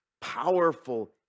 powerful